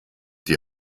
die